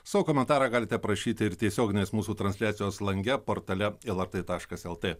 savo komentarą galite parašyti ir tiesioginės mūsų transliacijos lange portale lrt taškas lt